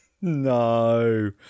No